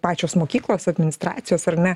pačios mokyklos administracijos ar ne